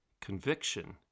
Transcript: Conviction